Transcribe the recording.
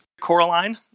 Coraline